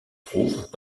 trouvent